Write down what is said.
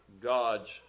God's